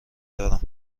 دارم